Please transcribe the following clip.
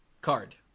card